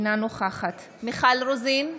אינה נוכחת מיכל רוזין,